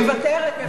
מוותרת.